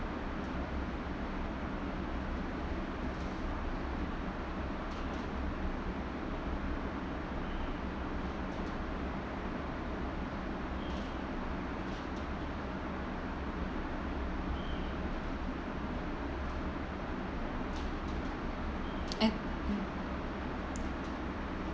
at mm